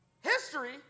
history